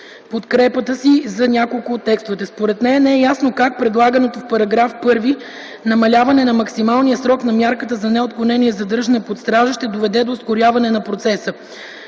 подкрепата си за няколко от тях. Според нея не е ясно как предлаганото в § 1 намаляване на максималния срок на мярката за неотклонение задържане под стража ще доведе до ускоряване на процеса,